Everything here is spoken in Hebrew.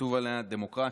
כתוב עליה "דמוקרטיה".